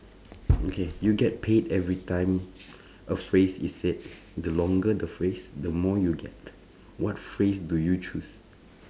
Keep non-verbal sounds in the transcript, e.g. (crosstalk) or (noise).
okay you get paid every time (breath) a phrase is said the longer the phrase the more you get what phrase do you choose